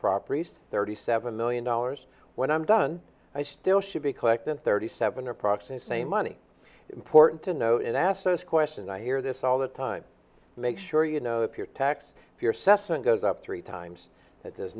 properties thirty seven million dollars when i'm done i still should be collecting thirty seven approximate same money is important to know and ask those question i hear this all the time make sure you know if your tax if your cessna goes up three times that does